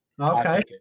Okay